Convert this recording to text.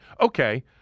Okay